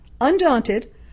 Undaunted